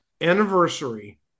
Anniversary